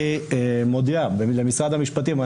אני מודיע למשרד המשפטים,